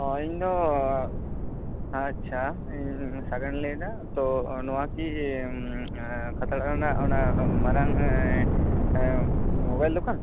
ᱚᱸᱻ ᱤᱧ ᱫᱚ ᱟᱪᱪᱷᱟ ᱤᱧ ᱥᱟᱜᱮᱱ ᱤᱧ ᱞᱟᱹᱭ ᱮᱫᱟ ᱛᱚ ᱱᱚᱣᱟ ᱠᱤ ᱠᱷᱟᱛᱲᱟ ᱨᱮᱱᱟᱜ ᱚᱱᱟ ᱢᱟᱨᱟᱝ ᱢᱚᱵᱟᱭᱤᱞ ᱫᱚᱠᱟᱱ